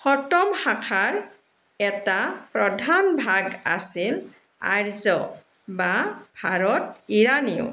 সতম শাখাৰ এটা প্ৰধান ভাগ আছিল আৰ্য বা ভাৰত ইৰানীয়